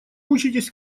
учитесь